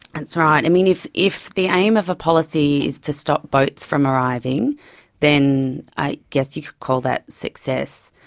and so right. i mean, if if the aim of a policy is to stop boat from arriving then i guess you could call that success,